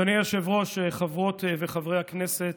אדוני היושב-ראש, חברות וחברי הכנסת,